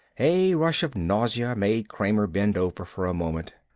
a rush of nausea made kramer bend over for a moment.